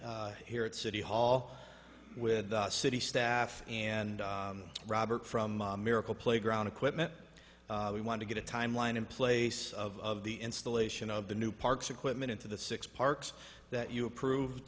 here at city hall with city staff and robert from miracle playground equipment we want to get a timeline in place of the installation of the new parks equipment into the six parks that you approved